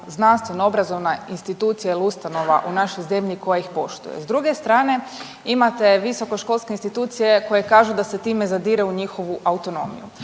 znanstveno obrazovna institucija ili ustanova u našoj zemlji koja ih poštuje. S druge strane imate visokoškolske institucije koje kažu da se time zadire u njihovu autonomiju.